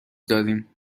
داریم